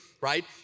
right